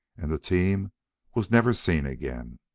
and the team was never seen again.